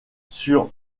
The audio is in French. sur